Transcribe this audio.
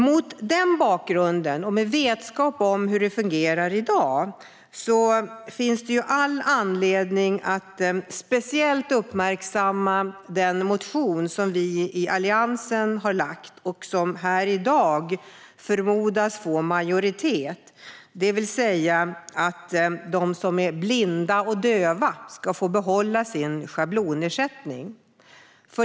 Mot denna bakgrund och med vetskap om hur det fungerar i dag finns det all anledning att speciellt uppmärksamma den motion som vi i Alliansen har väckt och som här i dag förmodas få majoritet. Motionen handlar om att de som är blinda och döva ska få behålla sin schablonersättning.